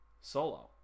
Solo